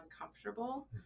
uncomfortable